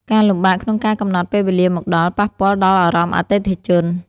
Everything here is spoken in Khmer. ការលំបាកក្នុងការកំណត់ពេលវេលាមកដល់ ប៉ះពាល់ដល់អារម្មណ៍អតិថិជន។